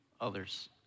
others